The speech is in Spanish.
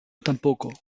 tampoco